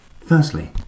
Firstly